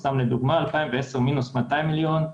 סתם לדוגמה: ב-2010 מינוס 200 מיליון,